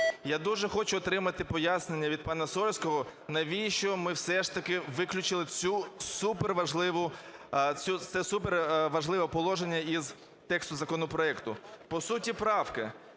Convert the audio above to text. Я дуже хочу отримати пояснення від пана Сольського, навіщо ми все ж таки виключили це суперважливе положення із тексту законопроекту. По суті правки.